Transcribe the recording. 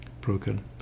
broken